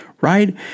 right